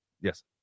Yes